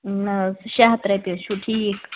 نا حظ شےٚ ہتھ رۄپیہ حظ چھُو ٹھیٖک